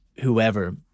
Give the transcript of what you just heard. whoever